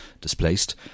displaced